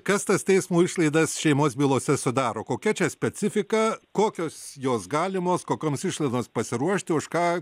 kas tas teismo išlaidas šeimos bylose sudaro kokia čia specifika kokios jos galimos kokioms išlaidoms pasiruošti už ką